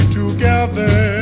together